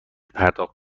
پرداخت